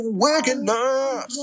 wickedness